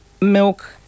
milk